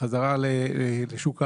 בחזרה לשוק העבודה,